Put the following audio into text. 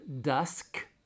dusk